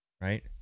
right